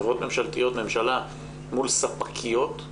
חברות ממשלתיות וממשלה מול ספקיות,